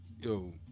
Yo